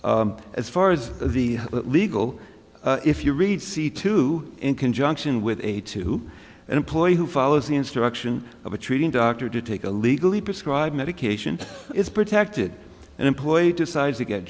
rights as far as the legal if you read c two in conjunction with aid to an employee who follows the instruction of a treating doctor to take a legally prescribed medication is protected and employed decides to get